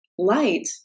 Light